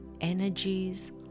energies